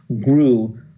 grew